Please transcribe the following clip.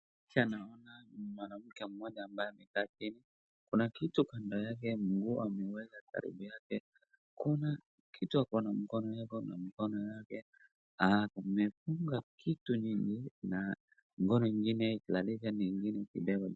Picha naona mwanamke mmoja ambaye amekaa chini, kuna kitu kando yake, miguu ameweka karibu yake, kuna kitu kwa mkono yake na amefunga kitu nyingi na mkono ingine ikilala na ingine ikibeba juu.